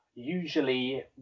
Usually